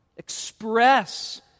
express